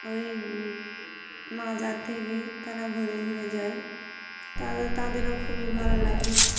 ওই মাজার থেকে তারা ঘুরে ঘুরে যায় তা তাদেরও খুবই ভালো লাগে